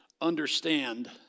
understand